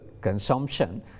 consumption